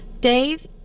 Dave